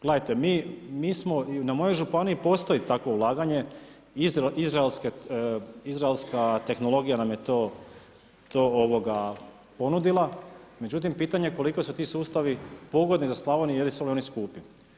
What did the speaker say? Gledajte, mi smo, na mojoj županiji postoji takvo ulaganje izraelska tehnologija nam je to ponudila, međutim pitanje koliko su ti sustavi pogodni za Slavoniju, je li su oni skupi.